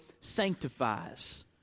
sanctifies